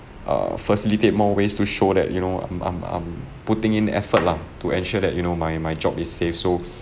err facilitate more ways to show that you know I'm I'm I'm putting in effort lah to ensure that you know my my job is safe so